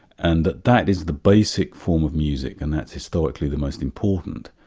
and that that is the basic form of music and that's historically the most important.